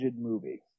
movie